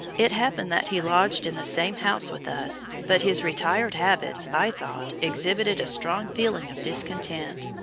it happened that he lodged in the same house with us, but his retired habits, i thought, exhibited a strong feeling of discontent,